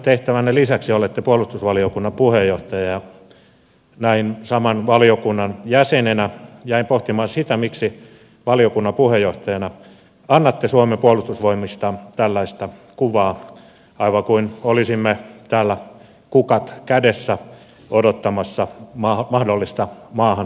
edustajatehtävänne lisäksi olette puolustusvaliokunnan puheenjohtaja ja näin saman valiokunnan jäsenenä jäin pohtimaan sitä miksi valiokunnan puheenjohtajana annatte suomen puolustusvoimista tällaista kuvaa aivan kuin olisimme täällä kukat kädessä odottamassa mahdollista maahan tunkeutujaa